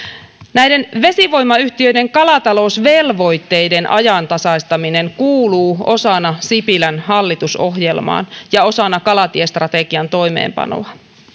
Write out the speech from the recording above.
näiden vesivoimayhtiöiden kalatalousvelvoitteiden ajantasaistaminen kuuluu osana sipilän hallitusohjelmaan ja osana kalatiestrategian toimeenpanoon